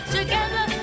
Together